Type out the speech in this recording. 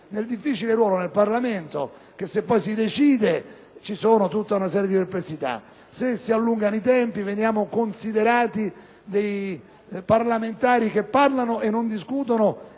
un difficile ruolo nel Parlamento: se si decide, c'è tutta una serie di perplessità, se invece si allungano i tempi, veniamo considerati dei parlamentari che parlano senza discutere